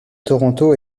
toronto